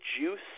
juice